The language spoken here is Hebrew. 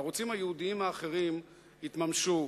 הערוצים הייעודיים האחרים התממשו,